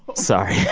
sorry.